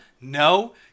no